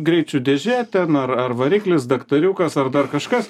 greičių dėžė ten ar ar variklis daktariukas ar dar kažkas